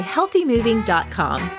HealthyMoving.com